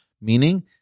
meaning